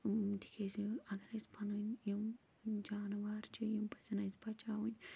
تِکیٛازِ اگر أسۍ پَنٕنۍ یِم جانوار چھِ یِم پَزَن اَسہِ بچاوٕنۍ